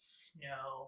snow